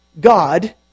God